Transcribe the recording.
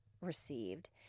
received